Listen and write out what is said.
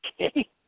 Okay